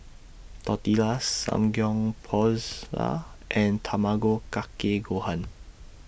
Tortillas Samgyeopsal and Tamago Kake Gohan